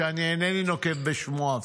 שאפילו אינני נוקב בשמו,